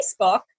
Facebook